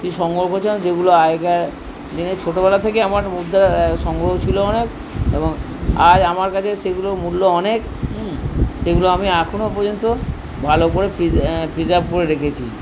সংগ্রহ করেছিলাম যেগুলো আগেকার দিনে ছোটোবেলা থেকে আমার মুদ্রা সংগ্রহ ছিল অনেক এবং আজ আমার কাছে সেইগুলোর মূল্য অনেক সেগুলো আমি এখনো পর্যন্ত ভালো করে প্রিজার্ভ করে রেখেছি